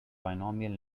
binomial